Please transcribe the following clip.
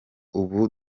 ubu